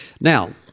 Now